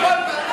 התחלת,